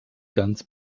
ganz